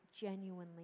genuinely